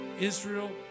Israel